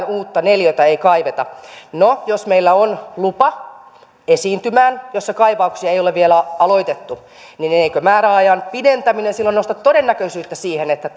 uutta neliötä ei kaiveta jos meillä on lupa esiintymään jossa kaivauksia ei ole vielä aloitettu niin eikö määräajan pidentäminen silloin nosta todennäköisyyttä että